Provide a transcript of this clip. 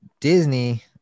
Disney